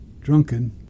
drunken